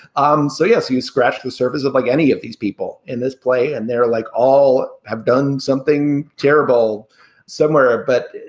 um so, yes, you scratch the surface of like any of these people in this play and they're like all have done something terrible somewhere. but,